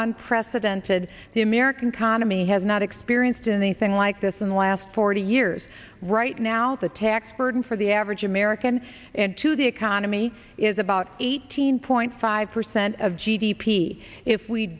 unprecedented the american economy has not experienced in the thing like this in the last forty years right now the tax burden for the average american and to the economy is about eighteen point five percent of g d p if we